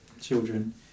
children